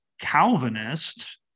Calvinist